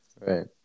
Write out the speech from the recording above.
Right